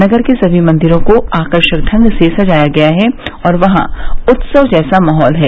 नगर के सभी मन्दिरों को आकर्षक ढंग सजाया गया है और वहां उत्सव जैसा माहौल है